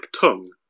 tongue